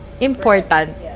important